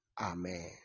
amen